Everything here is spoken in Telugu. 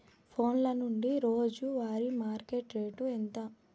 ఫోన్ల నుండి రోజు వారి మార్కెట్ రేటు ఎంత?